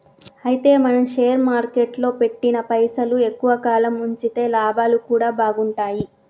అయితే మనం షేర్ మార్కెట్లో పెట్టిన పైసలు ఎక్కువ కాలం ఉంచితే లాభాలు కూడా బాగుంటాయి